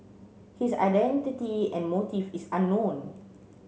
his identity and motive is unknown